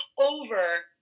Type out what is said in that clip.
over